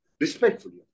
respectfully